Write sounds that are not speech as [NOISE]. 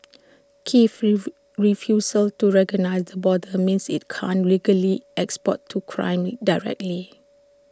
Kiev's [UNINTELLIGIBLE] refusal to recognise the border means IT can't legally export to Crimea directly